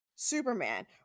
superman